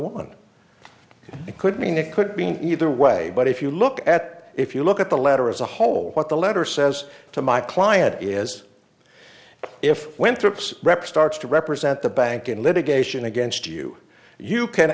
one it could mean it could be either way but if you look at if you look at the letter as a whole what the letter says to my client is if went through ups reps starts to represent the bank in litigation against you you can